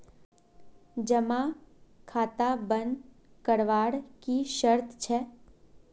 जमा खाता बन करवार की शर्त छे?